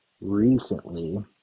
recently